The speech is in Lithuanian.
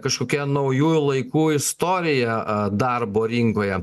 kažkokia naujųjų laikų istorija a darbo rinkoje